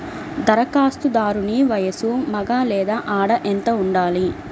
ధరఖాస్తుదారుని వయస్సు మగ లేదా ఆడ ఎంత ఉండాలి?